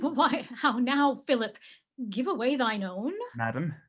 why how now, philip give away thy and own? madam,